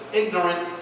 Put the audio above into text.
ignorant